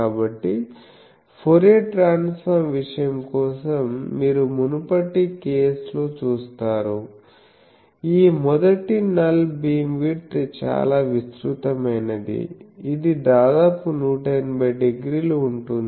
కాబట్టి Fourier transform విషయం కోసం మీరు మునుపటి కేస్ లో చూస్తారు ఈ మొదటి నల్ భీమ్విడ్త్ చాలా విస్తృతమైనది ఇది దాదాపు 180 డిగ్రీ ఉంటుంది